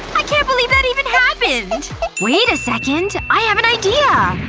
i can't believe that even happened wait a second i have an idea!